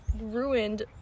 ruined